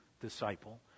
disciple